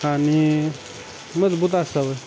आणि मजबुत असावं